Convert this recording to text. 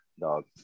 Dog